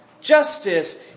justice